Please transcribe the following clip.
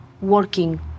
working